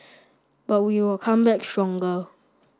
but we will come back stronger